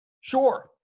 Sure